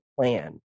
plan